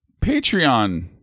patreon